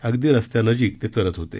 अगदी रस्त्या नजीक ते चरत होते